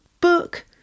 book